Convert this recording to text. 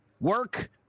Work